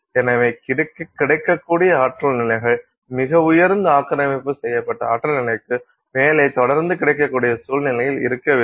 எனவே கிடைக்கக்கூடிய ஆற்றல் நிலைகள் மிக உயர்ந்த ஆக்கிரமிப்பு செய்யப்பட்ட ஆற்றல் நிலைக்கு மேலே தொடர்ந்து கிடைக்கக்கூடிய சூழ்நிலையில் இருக்கவில்லை